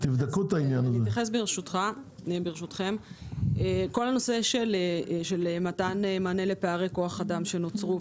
אני אתייחס ברשותכם לנושא מתן מענה לפערי כוח האדם שנוצרו.